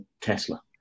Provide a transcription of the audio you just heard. Tesla